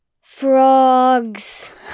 Frogs